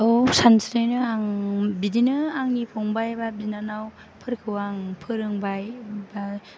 औ सानस्रिनो आं बिदिनो आंनि फंबाय बा बिनानावफोरखौ आं फोरोंबाय ओमफ्राय